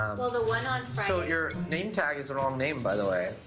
well, the one on friday so your name tag is the wrong name, by the way.